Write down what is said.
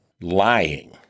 lying